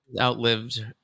outlived